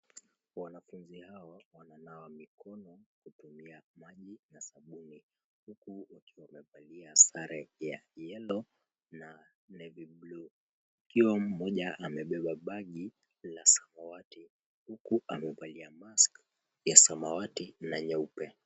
Wanafunzi hawa wananawa mikono kutumia maji ya sabuni huku wakiwa wamevalia sare ya yellow na navy blue ikiwa mmoja amebeba begi la samawati huku amevalia mask ya samawati na nyeupe.